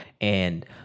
and-